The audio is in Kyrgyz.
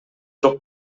жок